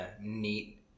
neat